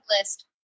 list